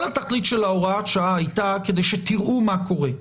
כל התכלית של הוראת השעה הייתה כדי שתראו מה קורה.